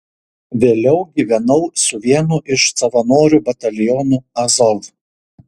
vėliau gyvenau su vienu iš savanorių batalionų azov